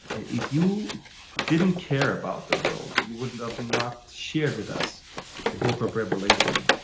if you didn't care about the world, you wouldn't have not shared with us the book of revelation.